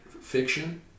fiction